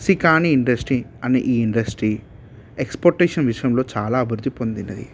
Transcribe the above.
శ్రీకాణీ industry అని ఈ industry exportation విషయంలో చాలా అభివృద్ధి పొందినది